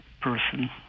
person